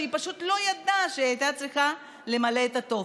שהיא פשוט לא ידעה שהיא הייתה צריכה למלא את הטופס.